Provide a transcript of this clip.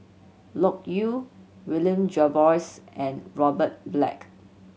Loke Yew William Jervois and Robert Black